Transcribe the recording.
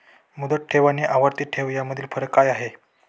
मुदत ठेव आणि आवर्ती ठेव यामधील फरक काय आहे?